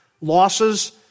Losses